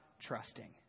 trusting